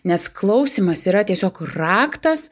nes klausymas yra tiesiog raktas